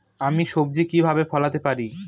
আমি সবজি কিভাবে ফলাতে পারি?